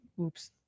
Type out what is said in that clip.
Oops